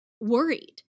worried